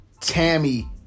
Tammy